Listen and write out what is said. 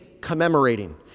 commemorating